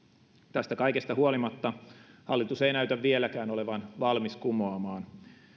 tästä kaikesta huolimatta hallitus ei näytä vieläkään olevan valmis kumoamaan